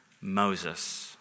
Moses